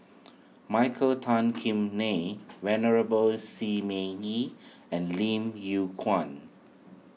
Michael Tan Kim Nei Venerable Shi Ming Yi and Lim Yew Kuan